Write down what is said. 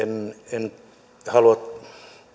en halua